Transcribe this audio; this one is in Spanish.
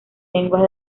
lenguas